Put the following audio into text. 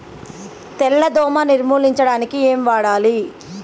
తెల్ల దోమ నిర్ములించడానికి ఏం వాడాలి?